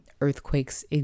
earthquakes